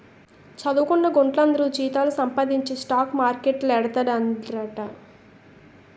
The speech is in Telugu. చదువుకొన్న గుంట్లందరూ జీతాలు సంపాదించి స్టాక్ మార్కెట్లేడతండ్రట